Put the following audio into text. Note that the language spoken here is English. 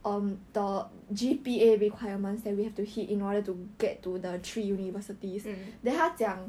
mm